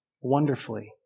wonderfully